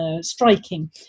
striking